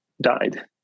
died